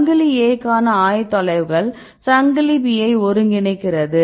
சங்கிலி A க்கான ஆயத்தொலைவுகள் சங்கிலி B ஐ ஒருங்கிணைக்கிறது